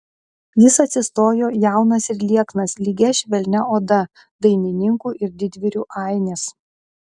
jis atsistojo jaunas ir lieknas lygia švelnia oda dainininkų ir didvyrių ainis